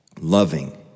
loving